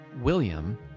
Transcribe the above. William